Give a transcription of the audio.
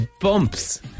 bumps